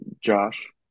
Josh